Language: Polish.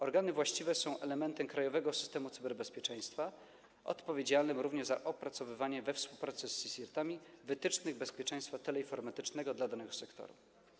Organy właściwe są elementem krajowego systemu cyberbezpieczeństwa odpowiedzialnym również za opracowywanie we współpracy z CSIRT-ami wytycznych bezpieczeństwa teleinformatycznego dla danego sektora.